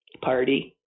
party